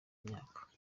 imyaka